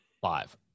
five